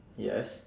yes